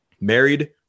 married